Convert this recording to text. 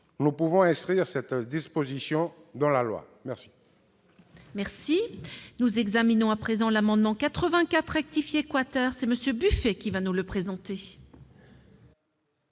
nous pouvons inscrire cette disposition dans la loi.